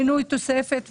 זה פשוט קטסטרופה.